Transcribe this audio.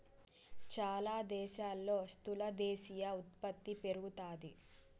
చాలా దేశాల్లో స్థూల దేశీయ ఉత్పత్తి పెరుగుతాది